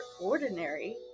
ordinary